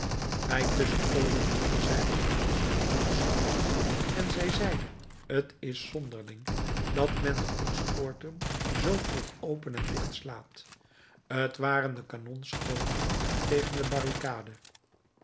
bij tusschenpoozen hoorde zij op een afstand doffe schokken en zij zeide t is zonderling dat men de koetspoorten zoo vroeg open en dicht slaat t waren de kanonschoten tegen de barricade